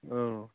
औ